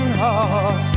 heart